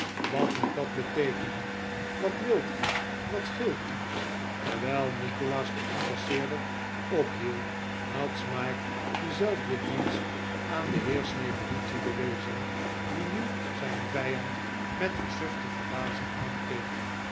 wat moet dat beteekenen wat wilt ge wat scheelt u terwijl nikolaas den incasseerder ophielp had smike denzelfden dienst aan den heer snevellicci bewezen die nu zijn vijand met versufte yerbazing aankeek